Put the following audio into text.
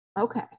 Okay